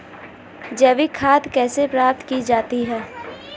जैविक खाद कैसे प्राप्त की जाती है?